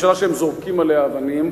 ממשלה שהם זורקים עליה אבנים,